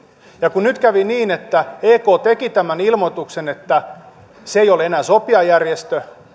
ja kun nyt kävi niin että ek teki tämän ilmoituksen että se ei ole enää sopijajärjestö